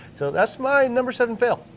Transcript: so, that's my number seven fail.